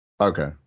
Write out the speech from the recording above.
Okay